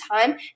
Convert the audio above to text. time